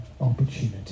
opportunity